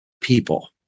people